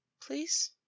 Please